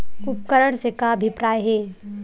उपकरण से का अभिप्राय हे?